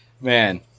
Man